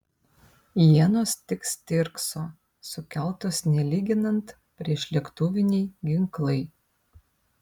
ienos tik stirkso sukeltos nelyginant priešlėktuviniai ginklai